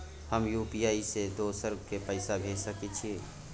हम यु.पी.आई से दोसर के पैसा भेज सके छीयै?